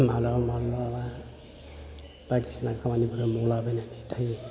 माब्लाबा माब्लाबा बायदिसिना खामानिफोर मावलाबायनानै थायो